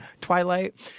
Twilight